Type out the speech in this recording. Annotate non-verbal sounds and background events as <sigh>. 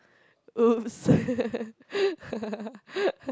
!oops! <laughs>